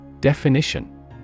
Definition